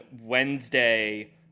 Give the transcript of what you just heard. wednesday